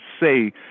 say